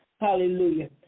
Hallelujah